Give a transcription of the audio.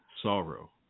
sorrow